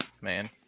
man